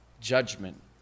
judgment